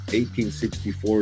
1864